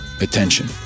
attention